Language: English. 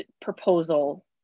proposal